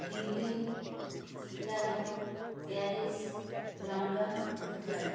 Delhi Chicago Paris London Dubai